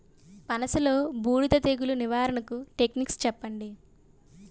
పనస లో బూడిద తెగులు నివారణకు టెక్నిక్స్ చెప్పండి?